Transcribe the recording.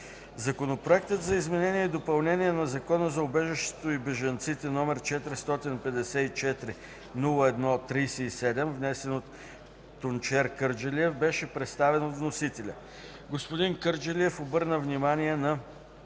Законопроектът за изменение и допълнение на Закона за убежището и бежанците, № 454-01-37, внесен от Тунчер Мехмедов Кърджалиев, беше представен от вносителя. Господин Кърджалиев обърна внимание на